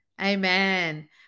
Amen